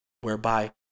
whereby